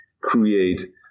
create